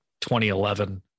2011